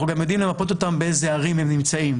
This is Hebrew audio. אנחנו גם יודעים למפות אותם באיזה ערים הם נמצאים.